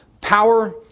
power